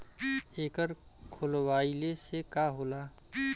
एकर खोलवाइले से का होला?